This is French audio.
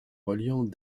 reliant